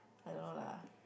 I don't know lah